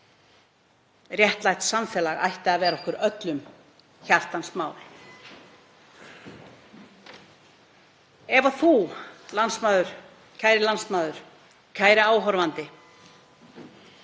Réttlátt samfélag ætti að vera okkur öllum hjartans mál. Ef þú, kæri landsmaður, kæri áhorfandi,